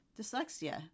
dyslexia